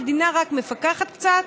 המדינה רק מפקחת קצת.